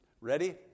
ready